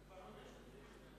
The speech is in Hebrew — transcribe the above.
אתה תומך בזה,